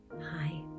Hi